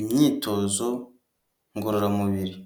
imyitozo ngororamubiri.